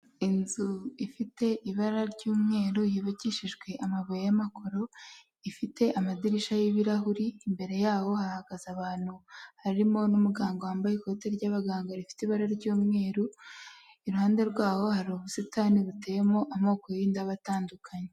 Inzu ifite ibara ry'umweru yubikishijwe amabuye y'amakoro, ifite amadirishya y'ibirahuri, imbere yaho hahagaze abantu harimo n'umuganga wambaye ikoti ry'abaganga rifite ibara ry'umweru, iruhande rw'aho hari ubusitani buteyemo amoko y'indabo atandukanye.